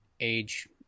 age